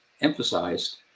emphasized